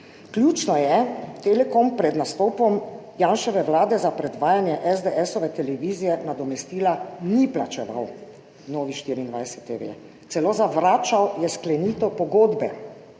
Ključno je, Telekom pred nastopom Janševe vlade za predvajanje televizije SDS nadomestila ni plačeval Novi24TV, celo zavračal je sklenitev pogodbe.